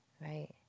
Right